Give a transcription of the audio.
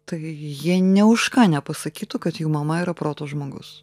tai jie nė už ką nepasakytų kad jų mama yra proto žmogus